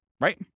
Right